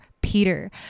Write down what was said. Peter